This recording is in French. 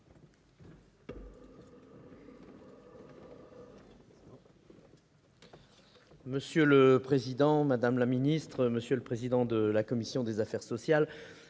Monsieur le président, madame la ministre, monsieur le président de la commission des affaires sociales,